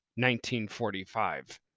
1945